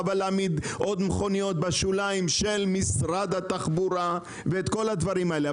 חבל להעמיד עוד מכוניות בשוליים של משרד התחבורה ואת כל הדברים האלה.